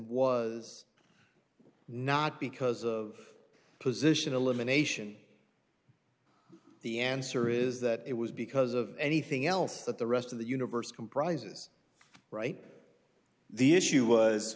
was not because of position elimination the answer is that it was because of anything else that the rest of the universe comprises right the issue was